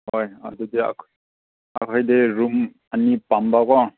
ꯍꯣꯏ ꯑꯗꯨꯗꯤ ꯑꯩꯈꯣꯏꯗꯤ ꯔꯨꯝ ꯑꯅꯤ ꯄꯥꯝꯕ ꯀꯣ